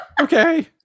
Okay